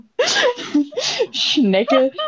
Schneckel